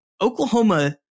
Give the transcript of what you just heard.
Oklahoma